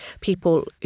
people